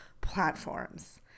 platforms